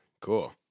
Cool